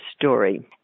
story